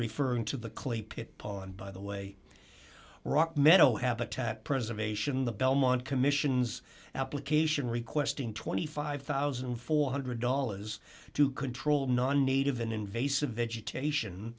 referring to the clay pit pond by the way rock meadow habitat preservation the belmont commission's application requesting twenty five thousand four hundred dollars to control non native an invasive vegetation